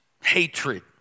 hatred